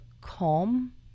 calm